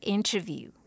Interview